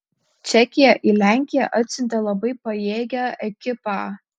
čekija į lenkiją atsiuntė labai pajėgią ekipą